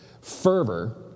fervor